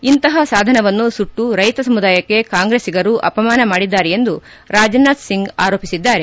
ಇಂತಪ ಸಾಧನವನ್ನು ಸುಟ್ಟು ರೈಕ ಸಮುದಾಯಕ್ಕೆ ಕಾಂಗ್ರೆಸ್ತಿಗರು ಆಪಮಾನ ಮಾಡಿದ್ದಾರೆ ಎಂದು ರಾಜನಾಥ್ ಸಿಂಗ್ ಆರೋಪಿಸಿದ್ದಾರೆ